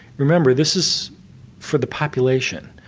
remember this is for the population,